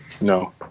No